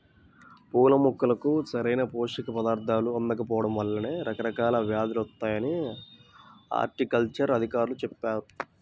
పూల మొక్కలకు సరైన పోషక పదార్థాలు అందకపోడం వల్లనే రకరకాల వ్యేదులు వత్తాయని హార్టికల్చర్ అధికారులు చెప్పారు